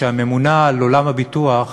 שהממונה על עולם הביטוח,